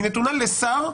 היא נתונה לשר,